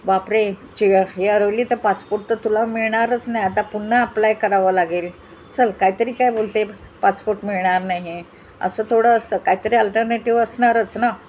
वापरेची हे अरवली तर पासपोर्ट तर तुला मिळणारच नाई आता पुन्हा अप्लाय करावं लागेल चल कायतरी काय बोलते पासपोर्ट मिळणार नाही असं थोडं असं काहीतरी अल्टरनेटिव असणारच ना